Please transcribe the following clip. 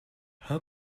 how